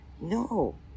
No